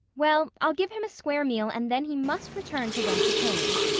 well, i'll give him a square meal and then he must return to whence he came,